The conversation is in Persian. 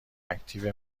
اکتیو